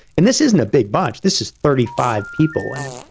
and this isn't a big bunch, this is thirty five people. and,